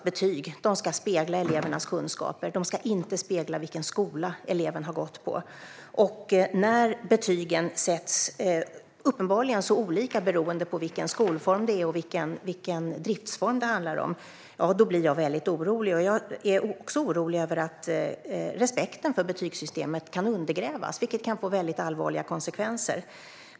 Betyg ska spegla elevens kunskaper och inte vilken skola eleven har gått på, och när betygen uppenbarligen sätts så olika beroende på vilken skolform det är och vilken driftsform det handlar om blir jag väldigt orolig. Jag är också orolig över att respekten för betygssystemet kan undergrävas, vilket kan få väldigt allvarliga konsekvenser.